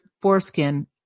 foreskin